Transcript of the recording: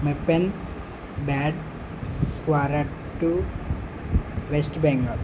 మెప్పెన్ బ్యాడ్ స్వాట్ వెస్ట్ బెంగాల్